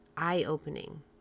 eye-opening